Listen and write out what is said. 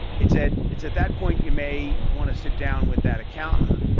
it's at it's at that point you may want to sit down with that accountant.